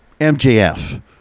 MJF